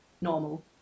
normal